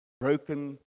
Broken